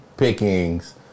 pickings